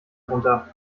runter